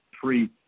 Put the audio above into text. three